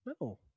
No